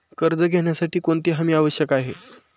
कर्ज घेण्यासाठी कोणती हमी आवश्यक आहे?